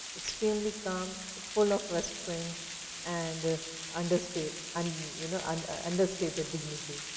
extremely calm, full of restrain and understated and you know and understated dignity.